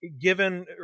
given